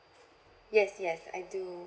yes yes I do